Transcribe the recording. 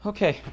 Okay